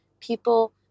people